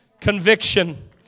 Conviction